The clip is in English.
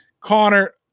Connor